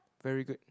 very good